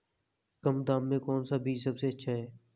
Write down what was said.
कम दाम में कौन सा बीज सबसे अच्छा है?